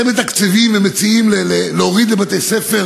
אתם מתקצבים ומציעים להוריד לבתי-ספר